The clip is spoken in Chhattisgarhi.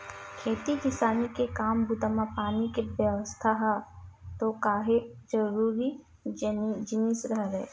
खेती किसानी के काम बूता म पानी के बेवस्था ह तो काहेक जरुरी जिनिस हरय